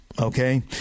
Okay